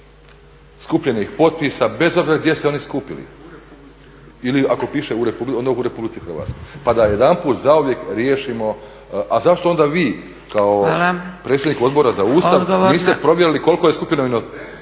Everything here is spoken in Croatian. u Republici Hrvatskoj